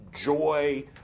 joy